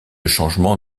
changement